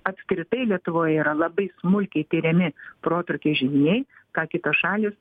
apskritai lietuvoj yra labai smulkiai tiriami protrūkiai židiniai ką kitos šalys